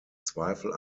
zweifel